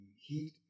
heat